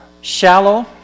shallow